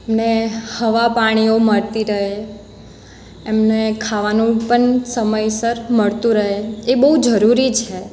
ને હવા પાણીઓ મળતી રહે એમને ખાવાનું પણ સમયસર મળતું રહે એ બહુ જરૂરી છે